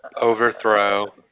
overthrow